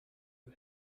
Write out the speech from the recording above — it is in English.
you